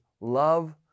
love